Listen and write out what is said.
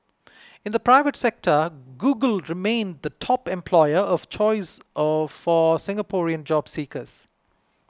in the private sector Google remained the top employer of choice or for Singaporean job seekers